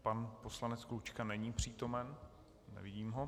Pan poslanec Klučka není přítomen, nevidím ho.